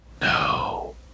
No